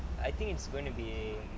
I think it's going to be